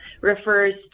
refers